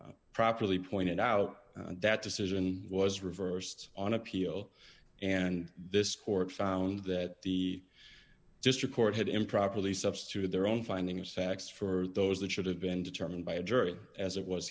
scouter properly pointed out that decision was reversed on appeal and this court found that the district court had improperly substituted their own finding a sax for those that should have been determined by a jury as it was